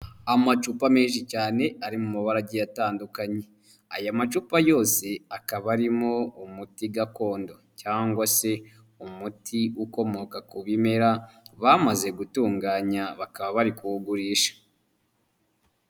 Amacupa menshi cyane ari mu mabara agiye atandukanye, aya macupa yose akaba arimo umuti gakondo cyangwa se umuti ukomoka ku bimera bamaze gutunganya bakaba bari kuwugurisha.